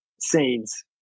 scenes